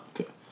okay